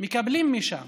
ומקבלים משם.